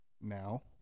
now